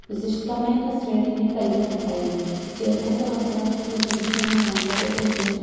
విశిష్టమైన శ్రేణిని కలిగి ఉంటాయి చేనేత వస్త్రాలకు ప్రసిద్ధి చెందిన ఆంధ్రప్రదేశ్